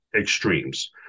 extremes